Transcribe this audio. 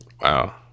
Wow